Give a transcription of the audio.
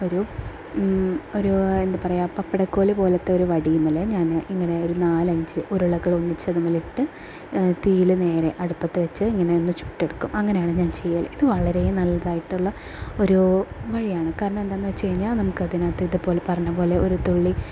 ഒരു ഒരു എന്താ പറയുക പപ്പടക്കോൽ പോലത്തെ വടിയിന്മേൽ ഞാൻ ഇങ്ങനെ ഒരു നാലഞ്ച് ഉരുളകളൊന്നിച്ച് അതിന്മേലിട്ട് തീയിൽ നേരെ അടുപ്പത്ത് വെച്ച് ഇങ്ങനെ ഒന്ന് ചുട്ടെടുക്കും അങ്ങനെയാണ് ഞാൻ ചെയ്യല് ഇത് വളരേ നല്ലതായിട്ടുള്ള ഒരു വഴിയാണ് കാരണം എന്താണെന്ന് വെച്ചു കഴിഞ്ഞാൽ നമുക്കതിനകത്ത് ഇത് പോലെ പറഞ്ഞതു പോലെ ഒരു തുള്ളി